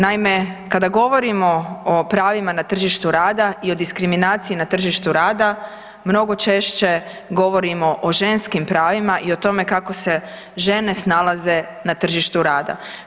Naime, kada govorimo o pravima na tržištu rada i o diskriminaciji na tržištu rada mnogo češće govorimo o ženskim pravima i o tome kako se žene snalaze na tržištu rada.